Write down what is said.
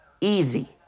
easy